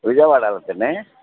విజయవాడ వెళ్తుందా అండి